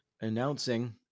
announcing